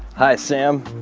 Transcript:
hi, sam.